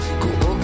go